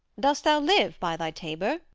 dost thou live by thy tabor?